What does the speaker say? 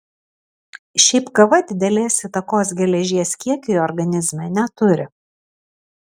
šiaip kava didelės įtakos geležies kiekiui organizme neturi